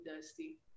Dusty